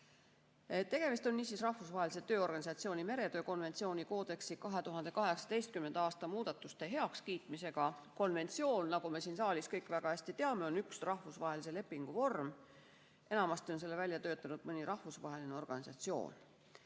Tegemist on Rahvusvahelise Tööorganisatsiooni meretöö konventsiooni koodeksi 2018. aasta muudatuste heakskiitmisega. Konventsioon, nagu me siin saalis kõik väga hästi teame, on üks rahvusvahelise lepingu vorm. Enamasti on selle välja töötanud mõni rahvusvaheline organisatsioon. Käsiloleva